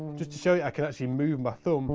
just to show you, i can actually move my thumb